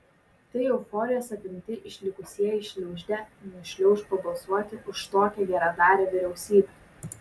tai euforijos apimti išlikusieji šliaužte nušliauš pabalsuoti už tokią geradarę vyriausybę